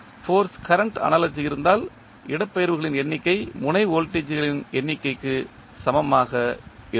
force current analogy இருந்தால் இடப்பெயர்வுகளின் எண்ணிக்கை முனை வோல்டேஜ்களின் எண்ணிக்கைக்கு சமமாக இருக்கும்